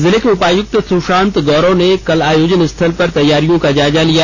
जिले के उपायुक्त सुशांत गौरव ने कल आयोजन स्थल पर तैयारियों का जायजा लिया